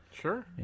Sure